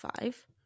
five